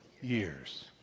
years